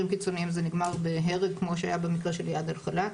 קיצוניים זה נגמר בהרג כמו שהיה במקרה של איאד אל-חלאק.